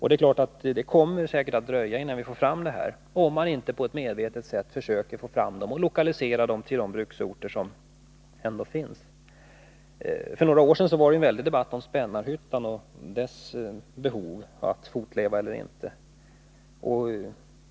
Det kommer alltså säkert att dröja innan dessa processer kommer fram — om man inte på ett medvetet sätt försöker föra fram dem och lokaliserar dem till de bruksorter som ändå finns. För några år sedan var det en väldig debatt om Spännarhyttan och dess behov, frågan om att fortleva eller inte.